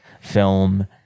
film